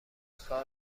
کار